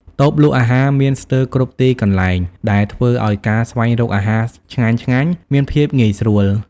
តូបលក់អាហារមានស្ទើរគ្រប់ទីកន្លែង ដែលធ្វើឲ្យការស្វែងរកអាហារឆ្ងាញ់ៗមានភាពងាយស្រួល។